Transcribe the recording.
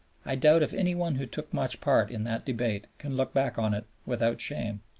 i doubt if any one who took much part in that debate can look back on it without shame.